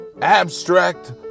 abstract